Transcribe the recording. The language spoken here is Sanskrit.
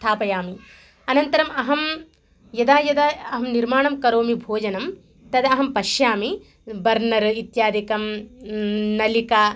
स्थापयामि अनन्तरम् अहं यदा यदा अहं निर्माणं करोमि भोजनं तदा अहं पश्यामि बर्नर् इत्यादिकं नलिका